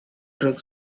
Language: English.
drug